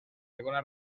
segona